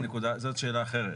זאת שאלה אחרת.